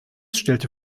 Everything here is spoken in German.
stellte